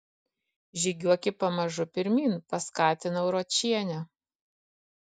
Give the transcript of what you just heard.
žygiuoki pamažu pirmyn paskatinau ročienę